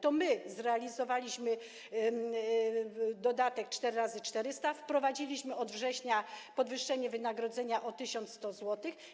To my zrealizowaliśmy dodatek 4 razy 400 i wprowadziliśmy od września podwyższenie wynagrodzenia o 1100 zł.